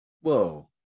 Whoa